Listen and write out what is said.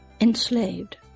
enslaved